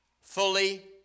fully